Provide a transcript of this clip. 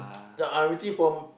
then I'm waiting for